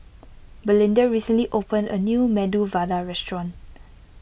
Belinda recently opened a new Medu Vada restaurant